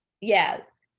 Yes